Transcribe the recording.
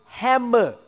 hammer